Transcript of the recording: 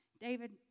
David